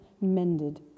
mended